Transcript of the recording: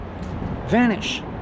vanish